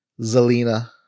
Zelina